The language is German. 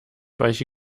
weiche